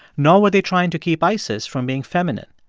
nor were they trying to keep isis from being feminine.